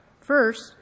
First